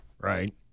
right